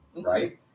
right